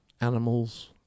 animals